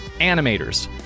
animators